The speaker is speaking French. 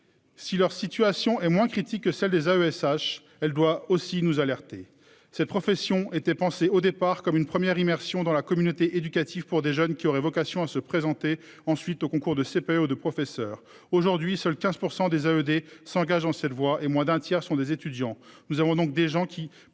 Si leur situation est moins critique que celle des AESH. Elle doit aussi nous alerter cette profession était pensé au départ comme une première immersion dans la communauté éducative pour des jeunes qui aurait vocation à se présenter ensuite aux concours de CPO de professeurs, aujourd'hui seuls 15% des. S'engage dans cette voie et moins d'un tiers sont des étudiants. Nous avons donc des gens qui